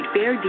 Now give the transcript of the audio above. Fair